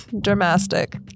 dramatic